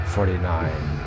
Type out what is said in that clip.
Forty-nine